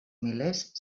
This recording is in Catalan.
milers